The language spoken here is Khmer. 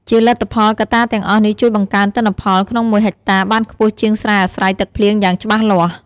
ជាលទ្ធផល កត្តាទាំងអស់នេះជួយបង្កើនទិន្នផលក្នុងមួយហិកតាបានខ្ពស់ជាងស្រែអាស្រ័យទឹកភ្លៀងយ៉ាងច្បាស់លាស់។